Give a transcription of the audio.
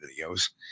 videos